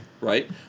right